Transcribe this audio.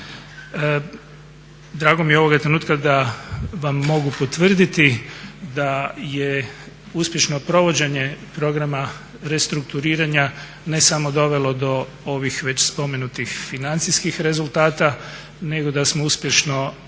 Drago mi je ovoga trenutka da vam mogu potvrditi da je uspješno provođenje programa restrukturiranja ne samo dovelo do ovih već spomenutih financijskih rezultata nego da smo uspješno